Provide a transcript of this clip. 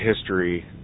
history